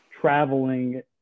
traveling